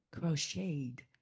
crocheted